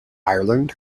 ireland